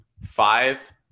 five